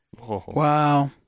wow